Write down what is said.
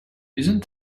isn’t